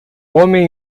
homem